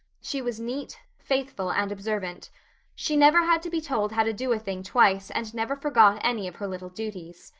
she was neat, faithful and observant she never had to be told how to do a thing twice and never forgot any of her little duties.